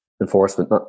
enforcement